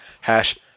Hash